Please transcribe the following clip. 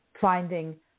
finding